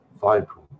vibrant